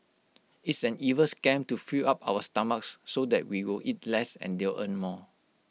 it's an evil scam to fill up our stomachs so that we will eat less and they'll earn more